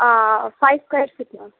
five square feet ma'am